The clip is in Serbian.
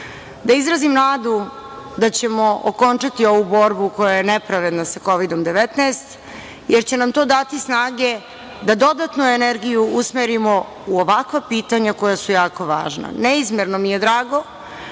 da izrazim nadu da ćemo okončati ovu borbu koja je nepravedna sa Kovidom-19, jer će nam to dati snage da dodatnu energiju usmerimo u ovakva pitanja koja su jako važno. Neizmerno mi je drago